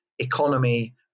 economy